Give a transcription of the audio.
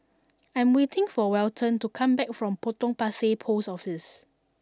I am waiting for Welton to come back from Potong Pasir Post Office